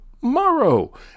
tomorrow